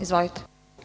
Izvolite.